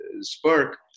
spark